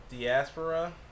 Diaspora